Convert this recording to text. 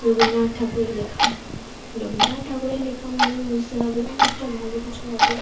রবীন্দ্রনাথ ঠাকুরের লেখা রবীন্দ্রনাথ ঠাকুরের লেখা মানেই বুঝতে হবে অনেকটা ভালো কিছু হবে